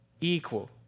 equal